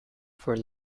for